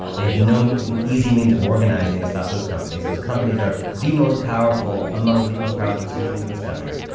they have no um easy means of organizing to stop those companies, those companies are the most powerful, among the most powerful institutions in this country.